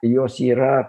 jos yra